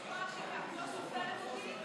יש פרקטיקה: את לא סופרת אותי,